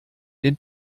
den